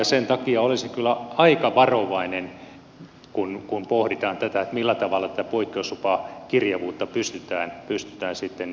sen takia olisin kyllä aika varovainen kun pohditaan tätä millä tavalla tätä poikkeuslupakirjavuutta pystytään selkeyttämään